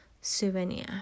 Souvenir